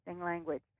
language